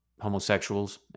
homosexuals